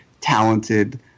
talented